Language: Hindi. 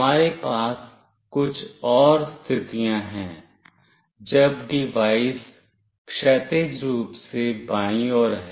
हमारे पास कुछ और स्थितियां हैं जब डिवाइस क्षैतिज रूप से बाईं ओर है